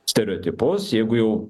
stereotipus jeigu jau